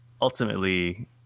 ultimately